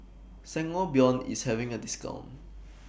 Sangobion IS having A discount